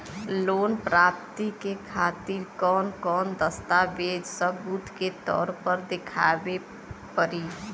Loan प्राप्ति के खातिर कौन कौन दस्तावेज सबूत के तौर पर देखावे परी?